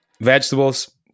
vegetables